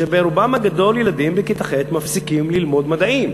שברובם הגדול ילדים בכיתה ח' מפסיקים ללמוד מדעים.